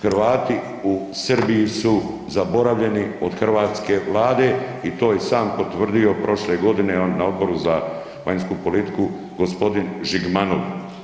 Hrvati u Srbiji su zaboravljeni od hrvatske Vlade i to je sam potvrdio prošle godine na Odboru za vanjsku politiku g. Žigmanov.